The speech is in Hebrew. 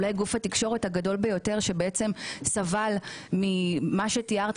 גוף התקשורת הגדול ביותר שסבל ממה שתיארת